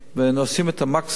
ואנו עושים את המקסימום